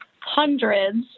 hundreds